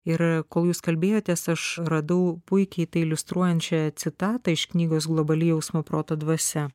ir kol jūs kalbėjotės aš radau puikiai tai iliustruojančią citatą iš knygos globali jausmo proto dvasia